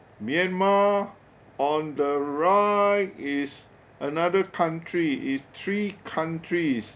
myanmar on the right is another country it's three countries